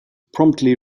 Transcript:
promptly